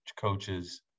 coaches